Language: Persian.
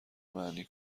معنی